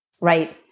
Right